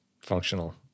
functional